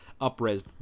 up-res